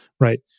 right